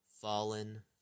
fallen